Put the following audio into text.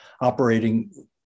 operating